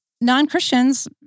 non-Christians